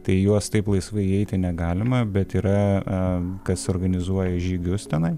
tai į juos taip laisvai įeiti negalima bet yra kas organizuoja žygius tenai